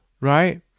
right